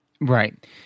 Right